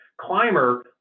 climber